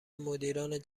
مدیران